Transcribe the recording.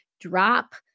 drop